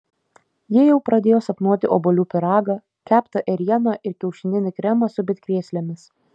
ji jau pradėjo sapnuoti obuolių pyragą keptą ėrieną ir kiaušininį kremą su bitkrėslėmis